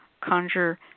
Conjure